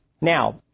Now